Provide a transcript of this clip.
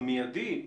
במידי,